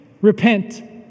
repent